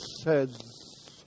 says